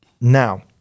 Now